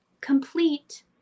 complete